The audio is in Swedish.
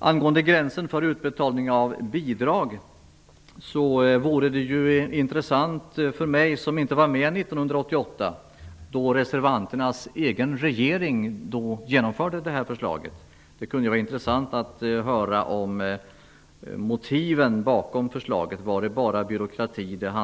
När det gäller gränsen för utbetalning av bidrag vore det intressant för mig, som inte var med 1988 då reservanternas egen regering genomförde detta förslag, att få veta motiven bakom förslaget. Handlade det bara om byråkrati?